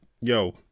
yo